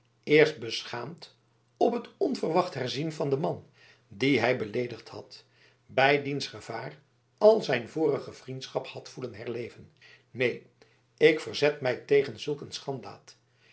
eerst beschaamd op het onverwacht herzien van den man dien hij beleedigd had bij diens gevaar al zijn vorige vriendschap had voelen herleven neen ik verzet mij tegen zulk een schanddaad